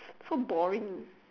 so boring